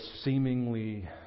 seemingly